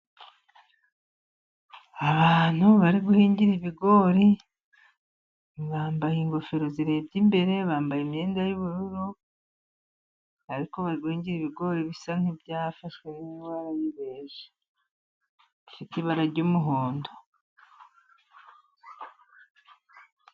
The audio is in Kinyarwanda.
Abantu bari guhingira ibigori, bambaye ingofero zireba imbere, bambaye imyenda y'ubururu, ariko bari guhingira ibigori bisa nk'ibyashwe n'indwara y'ibeja, bifite ibara ry'umuhondo.